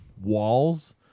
walls